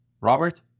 Robert